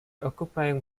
occupying